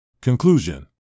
Conclusion